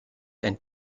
and